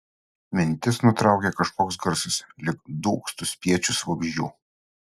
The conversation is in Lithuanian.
mintis nutraukė kažkoks garsas lyg dūgztų spiečius vabzdžių